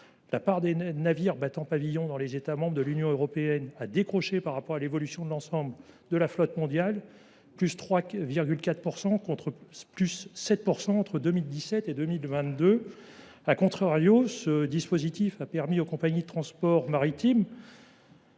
la part des navires battant pavillon d’un État membre de l’Union européenne a décroché par rapport à l’évolution de l’ensemble de la flotte mondiale : +3,4 % entre 2017 et 2022, contre +7 %., ce dispositif a permis aux compagnies de transport maritime